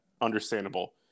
understandable